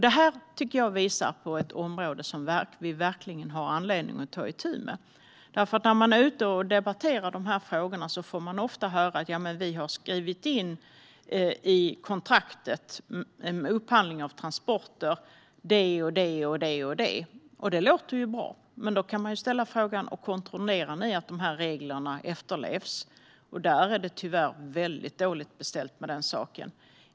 Detta tycker jag visar på ett område som vi verkligen har anledning att ta itu med, för när man är ute och debatterar de här frågorna får man ofta höra att jamen, vi har skrivit in det och det och det i kontraktet om upphandling av transporter! Och det låter ju bra. Men då man kan ställa frågan: Kontrollerar ni att de här reglerna efterlevs? Den saken är det tyvärr väldigt dåligt beställt med.